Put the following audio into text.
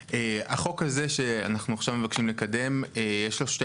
החוק הזה שאנו עכשיו מבקשים לקדם יש לו שתי